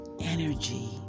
energy